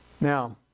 Now